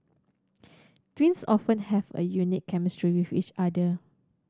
twins often have a unique chemistry with each other